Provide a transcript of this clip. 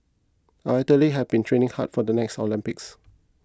our athletes have been training hard for the next Olympics